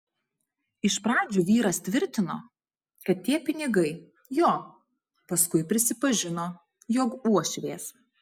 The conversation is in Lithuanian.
iš pradžių vyras tvirtino kad tie pinigai jo paskui prisipažino jog uošvės